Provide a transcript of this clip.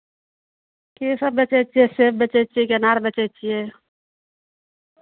कीसभ बेचै छियै सेब बेचै छियै कि अनार बेचै छियै